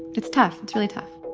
it's tough. it's really tough